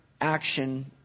action